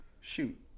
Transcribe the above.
Shoot